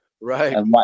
right